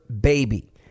baby